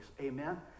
Amen